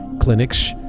clinics